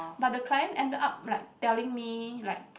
but the client ended up like telling me like